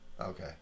Okay